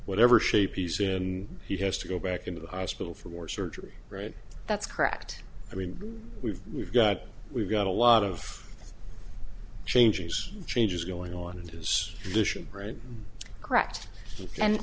whatever shape piece in he has to go back into the hospital for surgery right that's correct i mean we've we've got we've got a lot of changes changes going on it is dishing right correct and